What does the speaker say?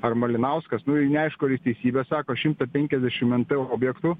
ar malinauskas nu aišku teisybę sako šimtą penkiasdešim nt objektų